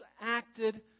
acted